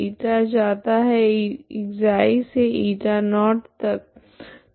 η जाता है ξ से η0 तक